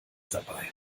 dabei